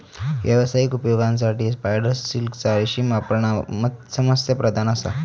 व्यावसायिक उपयोगासाठी स्पायडर सिल्कचा रेशीम वापरणा समस्याप्रधान असा